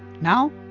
Now